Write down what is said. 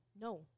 No